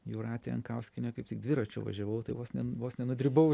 jūratė jankauskienė kaip tik dviračiu važiavau tai vos ne vos nenudribau